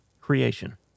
Creation